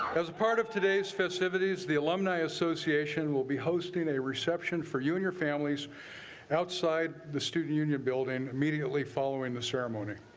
as a part of today's festivities. the alumni association will be hosting a reception for you and your families outside the student union building. immediately following the ceremony.